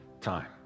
time